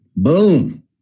Boom